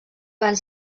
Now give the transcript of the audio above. van